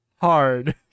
Hard